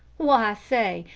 why, say,